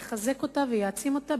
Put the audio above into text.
יחזק אותה ויעצים אותה,